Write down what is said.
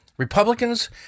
Republicans